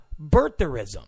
birtherism